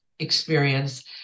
experience